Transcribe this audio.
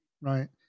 right